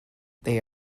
they